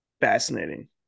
Fascinating